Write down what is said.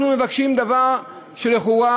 אנחנו מבקשים דבר שלכאורה,